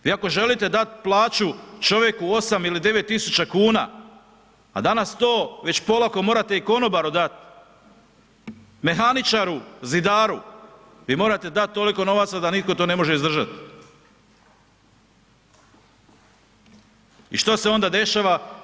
Vi ako želite dat plaću čovjeku 8 ili 9.000,00 kn, a danas to već polako morate i konobaru dat, mehaničaru, zidaru, vi morate dat toliko novaca da nitko to ne može izdržat i što se onda dešava?